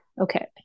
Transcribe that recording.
Okay